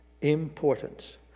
importance